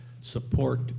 support